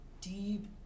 deep